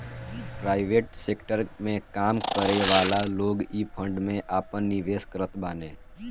private sector में काम करेवाला लोग इ फंड में आपन निवेश करत बाने